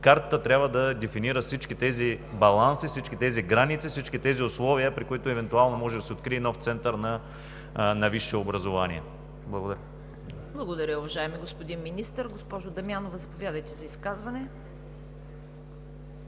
Картата трябва да дефинира всички тези баланси, всички тези граници, всички тези условия, при които евентуално може да се открие нов център за висше образование. Благодаря. ПРЕДСЕДАТЕЛ ЦВЕТА КАРАЯНЧЕВА: Благодаря Ви, уважаеми господин Министър. Госпожо Дамянова, заповядайте за изказване.